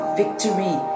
victory